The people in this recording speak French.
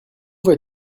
vas